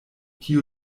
kiu